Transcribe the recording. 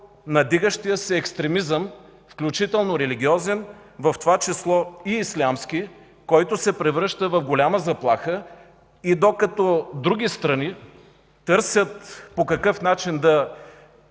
надигащия се екстремизъм, включително религиозен, в това число и ислямски, който се превръща в голяма заплаха. И докато други страни търсят по какъв начин да